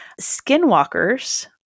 Skinwalkers